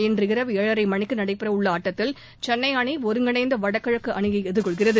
இன்றிரவு ஏழரை மணிக்கு நடைபெற உள்ள ஆட்டத்தில் சென்னை அணி ஒருங்கிணைந்த வடகிழக்கு அணியை எதிர்கொள்கிறது